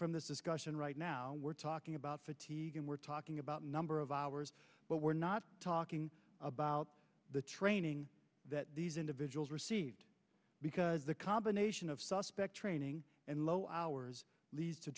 from this discussion right now we're talking about fatigue and we're talking a number of hours but we're not talking about the training that these individuals received because the combination of suspect training and low hours leads to